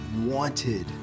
wanted